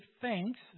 thanks